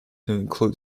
include